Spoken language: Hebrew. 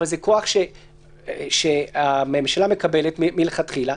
אבל זה כוח שהממשלה מקבלת מלכתחילה.